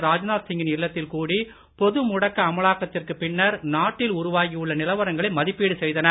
ராஜ்நாத் சிங் கின் இல்லத்தில் கூடி பொதுமுடக்க அமலாக்கத்திற்குப் பின்னர் நாட்டில் உருவாகி உள்ள நிலவரங்களை மதிப்பீடு செயதனர்